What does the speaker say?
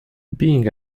being